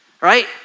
right